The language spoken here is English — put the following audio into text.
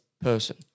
person